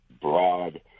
broad